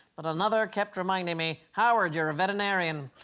but another kept reminding me howard. you're a veterinarian